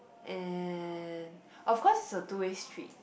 and of course it's a two way street